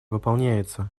выполняется